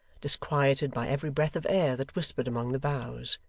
disquieted by every breath of air that whispered among the boughs,